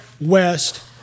west